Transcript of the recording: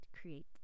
create